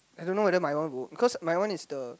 I don't know whether my one will work because my one is the